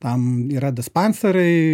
tam yra dispanseriai